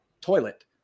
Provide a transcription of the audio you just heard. toilet